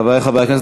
חברי חברי הכנסת,